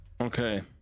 Okay